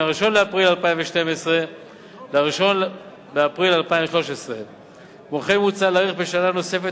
מ-1 באפריל 2012 ל-1 באפריל 2013. כמו כן מוצע להאריך בשנה נוספת